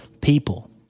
people